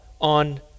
on